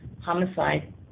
homicide